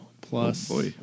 plus